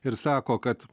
ir sako kad